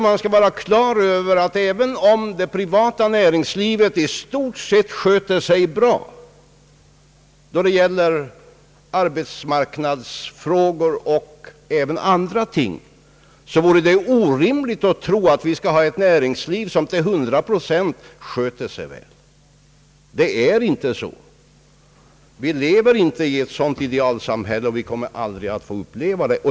Man skall vara klar över att även om det privata näringslivet i stort sett sköter sig bra då det gäller arbetsmarknadsfrågor och annat, så vore det orimligt att tro att vi skulle kunna ha ett näringsliv som sköter sig hundraprocentigt väl. Det är inte så. Vi lever inte i ett sådant idealsamhälle och vi kommer aldrig att få uppleva det.